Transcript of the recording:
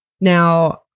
now